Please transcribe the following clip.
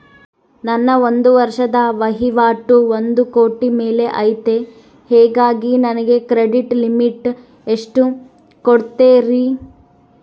ನನ್ನ ಒಂದು ವರ್ಷದ ವಹಿವಾಟು ಒಂದು ಕೋಟಿ ಮೇಲೆ ಐತೆ ಹೇಗಾಗಿ ನನಗೆ ಕ್ರೆಡಿಟ್ ಲಿಮಿಟ್ ಎಷ್ಟು ಕೊಡ್ತೇರಿ?